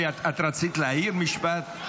טלי, את רצית להעיר במשפט?